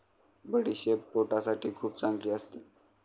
बडीशेप पोटासाठी खूप चांगली असते